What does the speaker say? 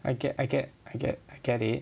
I get I get I get I get it